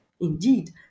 Indeed